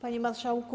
Panie Marszałku!